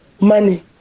money